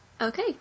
Okay